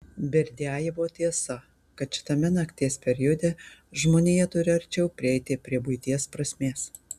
berdiajevo tiesa kad šitame nakties periode žmonija turi arčiau prieiti prie buities prasmės